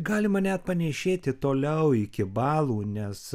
galima net panėšėti toliau iki balų nes